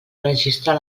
registrar